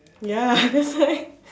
ya that's why